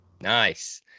nice